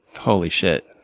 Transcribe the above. holy shit.